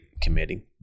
committing